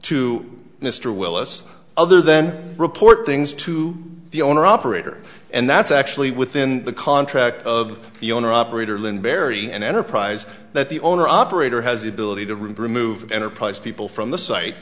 to mr willis other then report things to the owner operator and that's actually within the contract of the owner operator lynn berry an enterprise that the owner operator has the ability to remove enterprise people from the site